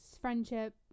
friendship